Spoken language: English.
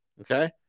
okay